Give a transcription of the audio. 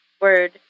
word